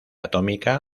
atómica